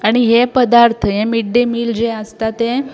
आनी हे पदार्थ हे मिड डे मील जे आसा तें